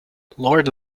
lord